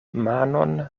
manon